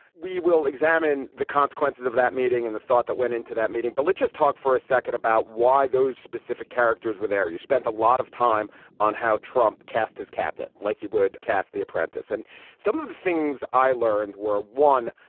we will examine the consequences of that meeting and the thought that went into that meeting. religious talk for a second about why those specific characters were there. you spent a lot of time on how trump cast his cabinet like you would cast the apprentice, and some of the things i learned were one.